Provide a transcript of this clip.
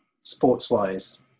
sports-wise